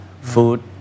food